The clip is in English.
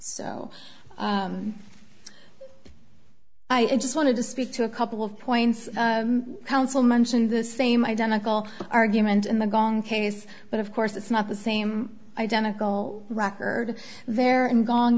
so i just wanted to speak to a couple of points counsel mentioned the same identical argument in the gong case but of course it's not the same identical record there in gon